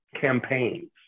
campaigns